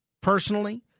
personally